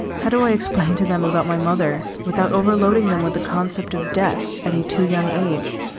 how do i explain to them about my mother without overloading them with the concept of death at a too young age?